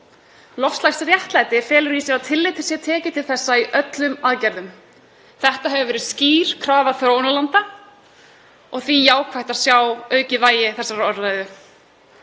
Loftslagsréttlæti felur í sér að tillit sé tekið til þessa í öllum aðgerðum. Þetta hefur verið skýr krafa þróunarlanda og því jákvætt að sjá aukið vægi þessarar orðræðu.